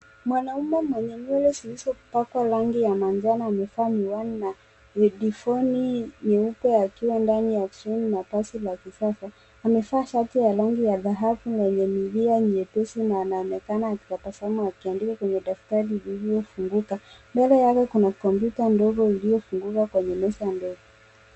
Mwanaume mwenye nywele zilizopakwa rangi ya manjano amevaa miwani na hedifoni nyeupe akiwa ndani ya treni la kasi la kisasa. Amevaa shati na rangi ya dhahabu yenye milia nyepesi na anaonekana akitabasamu akiandika kwenye daftari lililofunguka. Mbele yake kuna kompyuta ndogo iliyofunguka kwenye meza ndogo.